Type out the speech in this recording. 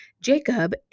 Jacob